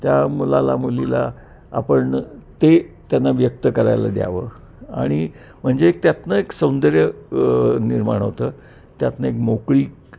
त्या मुलाला मुलीला आपण ते त्यांना व्यक्त करायला द्यावं आणि म्हणजे एक त्यातून एक सौंदर्य निर्माण होतं त्यातून एक मोकळीक